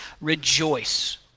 rejoice